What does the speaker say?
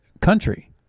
country